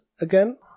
again